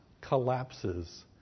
collapses